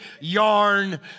yarn